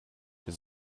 his